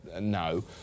no